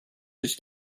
być